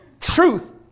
Truth